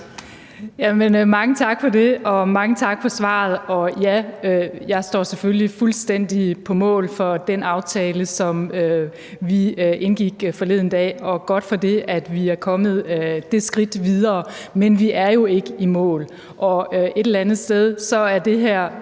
Mange tak for det, og mange tak for svaret, og ja, jeg står selvfølgelig fuldstændig på mål for den aftale, som vi indgik forleden dag, og godt for det, at vi er kommet det skridt videre, men vi er jo ikke i mål. Et eller andet sted så er det her